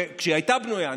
כשהיא הייתה בנויה,